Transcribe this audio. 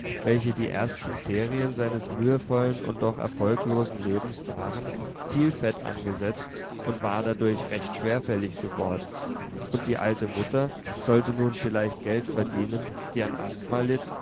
welche die ersten ferien seines mühevollen und doch erfolglosen lebens waren viel fett angesetzt und war dadurch recht schwerfällig geworden und die alte mutter sollte nun vielleicht geld verdienen die an asthma litt